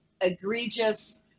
egregious